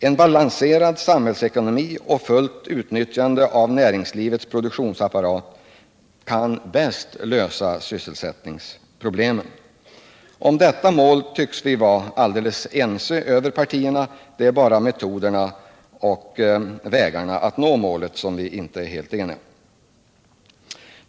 En balanserad samhällsekonomi och fullt utnyttjande av näringslivets produktionsapparat kan bäst lösa sysselsättningsproblemen. Om detta mål tycks vi vara helt ense över partigränserna; det är bara vägarna att nå målet som vi inte är alldeles eniga om.